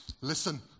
Listen